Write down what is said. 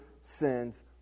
sins